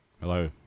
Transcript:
Hello